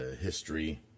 history